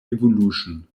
evolution